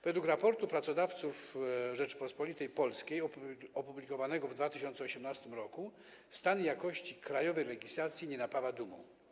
Według raportu pracodawców Rzeczypospolitej Polskiej opublikowanego w 2018 r. stan jakości krajowej legislacji nie napawa dumą.